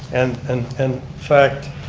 and and in fact,